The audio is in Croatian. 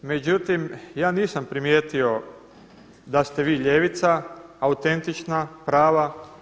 Međutim, ja nisam primijetio da ste vi ljevica autentična, prva.